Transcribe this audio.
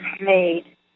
made